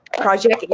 project